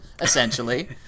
Essentially